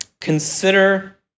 Consider